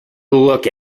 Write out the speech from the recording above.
look